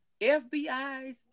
FBIs